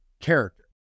character